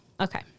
Okay